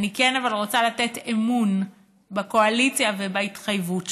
אני כן רוצה לתת אמון בקואליציה ובהתחייבות שלה,